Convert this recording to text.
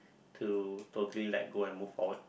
to totally let go and move forward